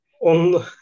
on